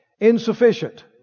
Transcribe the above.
Insufficient